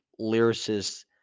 lyricists